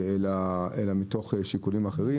אלא מתוך שיקולים אחרים.